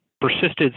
persisted